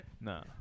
No